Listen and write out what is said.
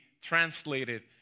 translated